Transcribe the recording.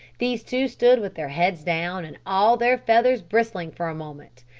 these two stood with their heads down and all their feathers bristling for a moment,